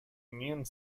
immune